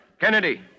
Kennedy